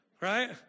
right